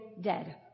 dead